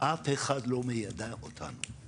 אף אחד לא מיידע אותנו.